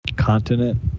continent